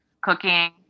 cooking